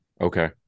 Okay